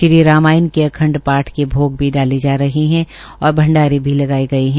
श्री रामायण के अखंड पाठ के भोग भी डाले जा रहे है और भंडारे भी लगाये गए है